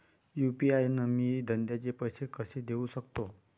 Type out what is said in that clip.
UPI न मी धंद्याचे पैसे कसे देऊ सकतो?